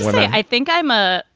i think i'm a.